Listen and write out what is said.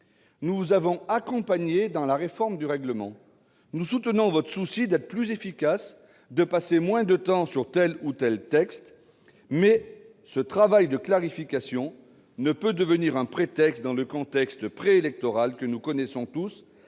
Nous vous avons accompagné dans la réforme du règlement du Sénat. Nous soutenons votre volonté d'être plus efficace et de passer moins de temps sur les textes. Néanmoins, ce travail de clarification ne peut devenir un prétexte, dans le contexte préélectoral que nous connaissons tous,